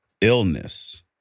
illness